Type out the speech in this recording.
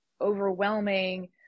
overwhelming